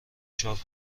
شاپ